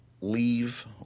leave